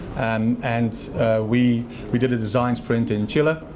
and and we we did a design's print in chile,